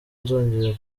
nzongera